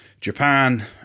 Japan